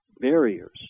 barriers